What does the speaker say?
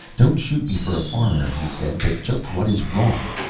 don't shoot me for a foreigner, he said, but just what is wrong?